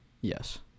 Yes